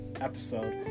episode